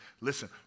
listen